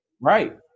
Right